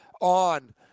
on